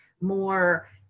more